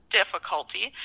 difficulty